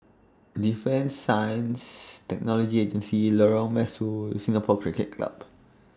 Defence Science Technology Agency Lorong Mesu Singapore Cricket Club